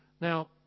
Now